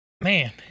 man